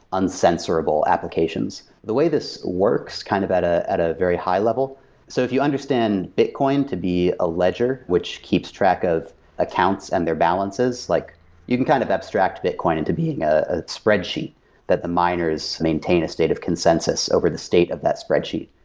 uncensorable applications. the way this works kind of at a at a very high-level so if you understand bitcoin to be a ledger which keeps track of accounts and their balances, like you can kind of abstract bitcoin into being a a spreadsheet that the miners maintain a state of consensus over the state of that spreadsheet.